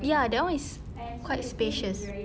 ya that one is quite spacious